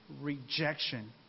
rejection